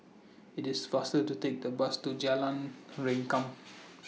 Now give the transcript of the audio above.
IT IS faster to Take The Bus to Jalan Rengkam